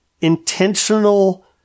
intentional